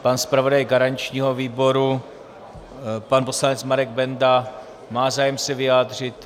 Pan zpravodaj garančního výboru, pan poslanec Marek Benda má zájem se vyjádřit?